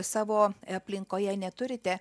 savo aplinkoje neturite